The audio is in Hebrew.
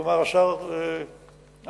כלומר השר אהרונוביץ,